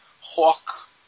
hawk